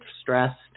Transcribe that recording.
stressed